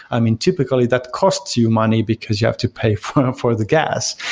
i mean, typically, that costs you money because you have to pay for um for the gas.